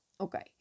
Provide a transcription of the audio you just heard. Okay